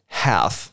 half